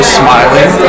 smiling